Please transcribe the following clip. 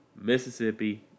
Mississippi